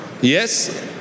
Yes